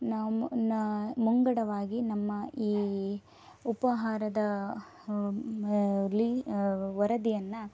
ಮುಂಗಡವಾಗಿ ನಮ್ಮ ಈ ಉಪಹಾರದ ಅಲಿ ವರದಿಯನ್ನು